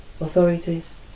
authorities